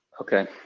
Okay